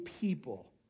people